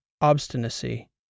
obstinacy